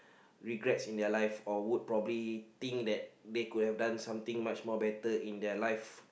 regrets in their life or would probably think that they could have done something much more better in their life